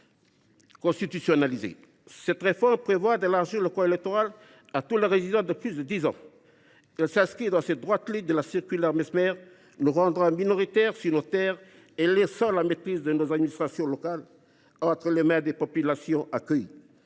Cette réforme prévoit d’élargir le corps électoral à tous les résidents de plus de dix ans. Elle s’inscrit dans la droite ligne de la circulaire Messmer, nous rendant minoritaires sur nos terres et laissant la maîtrise de nos administrations locales entre les mains des populations accueillies.